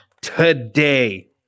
Today